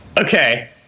Okay